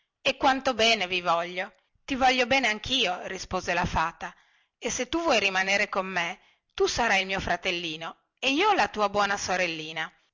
e quanto bene vi voglio ti voglio bene anchio rispose la fata e se tu vuoi rimanere con me tu sarai il mio fratellino e io la tua buona sorellina